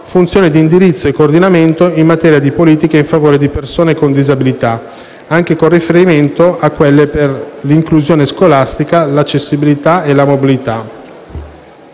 funzioni di indirizzo e coordinamento in materia di politiche in favore di persone con disabilità, anche con riferimento a quelle per l'inclusione scolastica, l'accessibilità e la mobilità.